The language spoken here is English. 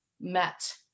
met